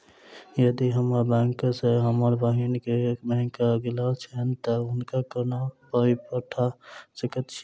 यदि हम्मर बैंक सँ हम बहिन केँ बैंक अगिला छैन तऽ हुनका कोना पाई पठा सकैत छीयैन?